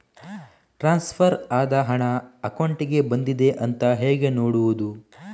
Transfer ಆದ ಹಣ ಅಕೌಂಟಿಗೆ ಬಂದಿದೆ ಅಂತ ಹೇಗೆ ನೋಡುವುದು?